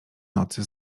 nocy